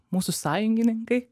mūsų sąjungininkai